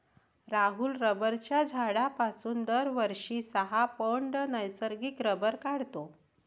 राहुल रबराच्या झाडापासून दरवर्षी सहा पौंड नैसर्गिक रबर काढतो